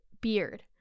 beard